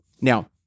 Now